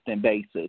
basis